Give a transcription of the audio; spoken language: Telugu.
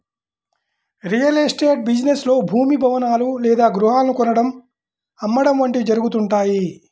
రియల్ ఎస్టేట్ బిజినెస్ లో భూమి, భవనాలు లేదా గృహాలను కొనడం, అమ్మడం వంటివి జరుగుతుంటాయి